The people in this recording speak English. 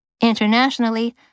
Internationally